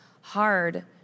hard